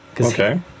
okay